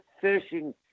fishing